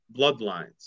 bloodlines